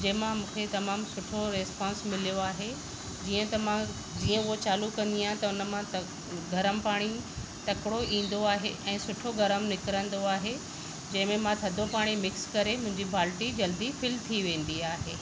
जंहिं मां मूंखे तमामु सुठो रिस्पोन्स मिलियो आहे जीअं त मां जीअं उहो चालू कंदी आहियां त उन मां त गरम पाणी तकिड़ो ईंदो आहे ऐं सुठो गरम निकरंदो आहे जंहिं में मां थधो पाणी मिक्स करे मुंहिंजी बालटी जल्दी फिल थी वेंदी आहे